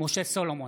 משה סולומון,